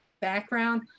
background